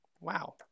Wow